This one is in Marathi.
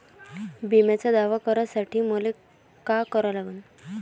बिम्याचा दावा करा साठी मले का करा लागन?